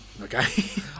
Okay